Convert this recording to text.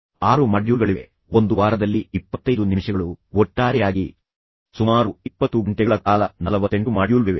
6 ಮಾಡ್ಯೂಲ್ಗಳಿವೆ ಒಂದು ವಾರದಲ್ಲಿ 25 ನಿಮಿಷಗಳು ಒಟ್ಟಾರೆಯಾಗಿ ಸುಮಾರು 20 ಗಂಟೆಗಳ ಕಾಲ 48 ಮಾಡ್ಯೂಲ್ಗಳಿವೆ